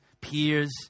peers